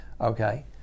okay